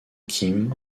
kim